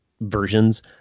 versions